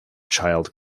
child